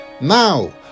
Now